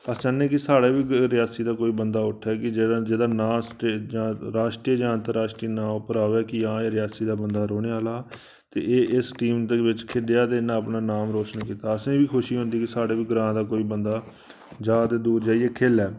अस चाहन्नें आं कि साढ़ा बी रेयासी दा कोई बंदा उट्ठै कि जेह्दा जेह्दा नांऽ स्टे राश्ट्री जां अंतराश्ट्री नांऽ पर आवै कि हां एह् रेयासी दा बंदा रौह्ने आह्ला ते एह् इस गेम दे बिच्च खेढेआ ते इन्ने अपना नांऽ रोशन कीता असेंगी बी खुशी होंदी कि साढ़े बी ग्रांऽ दा कोई बंदा जां ते दूर जाइयै खेले